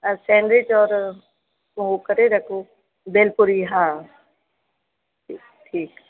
sandwich और हू करे रखो भेलपूरी हा ठीकु